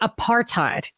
Apartheid